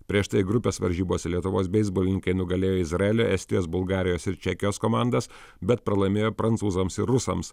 prieš tai grupės varžybose lietuvos beisbolininkai nugalėjo izraelio estijos bulgarijos ir čekijos komandas bet pralaimėjo prancūzams ir rusams